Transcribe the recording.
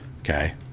okay